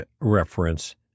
reference